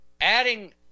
adding